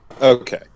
Okay